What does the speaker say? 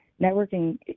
networking